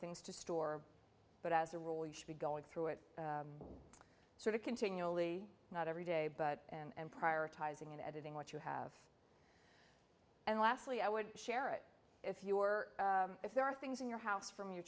things to store but as a rule you should be going through it so that continually not every day but and prioritizing in editing what you have and lastly i would share it if you were if there are things in your house from your